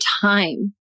time